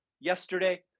yesterday